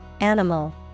animal